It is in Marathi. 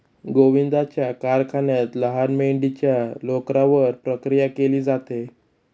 गोविंदाच्या कारखान्यात लहान मेंढीच्या लोकरावर प्रक्रिया केली जाते